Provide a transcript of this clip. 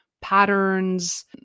patterns